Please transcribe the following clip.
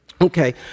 Okay